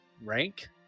rank